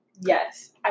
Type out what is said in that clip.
Yes